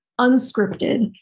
unscripted